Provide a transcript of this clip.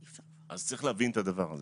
אז צריך להבין את הדבר הזה.